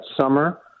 summer